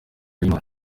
y’imana